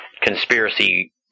conspiracy